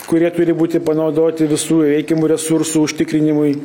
kurie turi būti panaudoti visų reikiamų resursų užtikrinimui